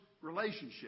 relationship